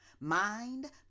mind